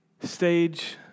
stage